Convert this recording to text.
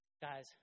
Guys